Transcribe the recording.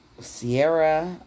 Sierra